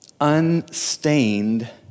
unstained